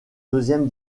deuxième